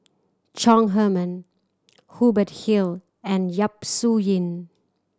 Chong Heman Hubert Hill and Yap Su Yin